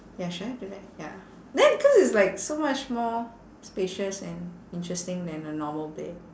ya should I do that ya then cause it's like so much more spacious and interesting than a normal bed